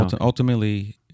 ultimately